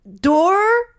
door